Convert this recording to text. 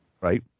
right